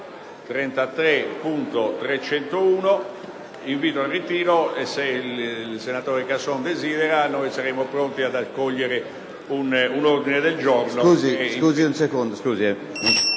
33.301, invito al ritiro, ma, se il senatore Casson lo desidera, noi saremmo pronti ad accogliere un ordine del giorno